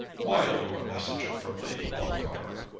why are you a messenger from lady ongar?